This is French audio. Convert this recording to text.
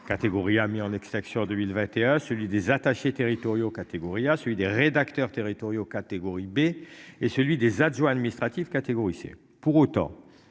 Catégorie a mis en extinction 2021 celui des attachés territoriaux catégorie à celui des rédacteurs territoriaux catégorie B et celui des adjoints administratifs catégorie C pour autant.